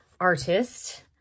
artist